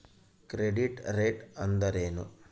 Credit rate ಅಂದರೆ ಏನು?